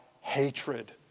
hatred